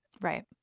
Right